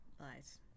Lies